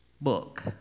book